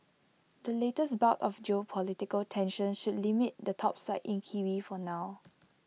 the latest bout of geopolitical tensions should limit the topside in kiwi for now